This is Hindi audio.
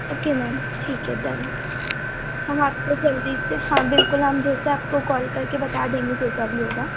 ओके मैम ठीक है डन हम आपको जल्दी से हाँ बिलकुल हम जैसे आपको कॉल कर के बता देंगे जैसा भी होगा